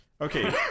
Okay